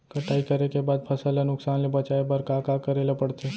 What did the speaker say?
कटाई करे के बाद फसल ल नुकसान ले बचाये बर का का करे ल पड़थे?